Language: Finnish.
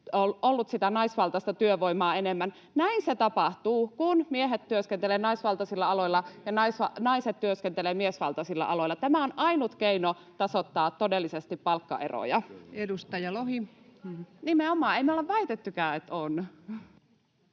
ollut sitä naisvaltaista työvoimaa enemmän. Näin se tapahtuu, kun miehet työskentelevät naisvaltaisilla aloilla ja naiset työskentelevät miesvaltaisilla aloilla. Tämä on ainut keino tasoittaa todellisesti palkkaeroja. [Vasemmalta: Eli kaikille matala palkka! —Välihuuto]